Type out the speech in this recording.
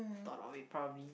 thought of it probably